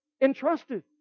entrusted